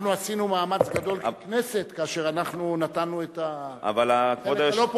אנחנו עשינו מאמץ גדול בכנסת כאשר אנחנו נתנו את אבל החודש,